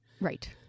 Right